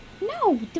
No